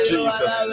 Jesus